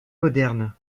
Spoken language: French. moderne